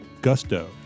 gusto